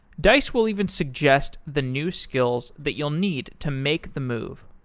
dice will even suggest the new skills that you'll need to make the move.